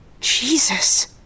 Jesus